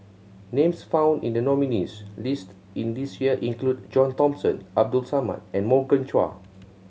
names found in the nominees' list in this year include John Thomson Abdul Samad and Morgan Chua